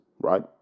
right